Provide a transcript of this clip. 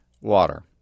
Water